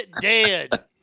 dead